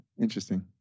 interesting